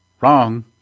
wrong